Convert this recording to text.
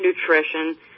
nutrition